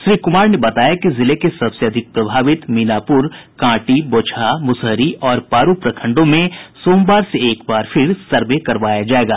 श्री कुमार ने बताया कि जिले के सबसे अधिक प्रभावित मीनापुर कांटी बोचहा मुसहरी और पारू प्रखंडों में सोमवार से एक बार फिर सर्वे करवाया जायेगा